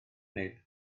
nid